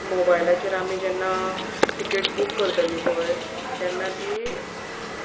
मोबायलाचेर आमी जेन्ना टिकेट बूक करतली पळय तेन्ना ती